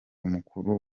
mukuru